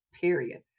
period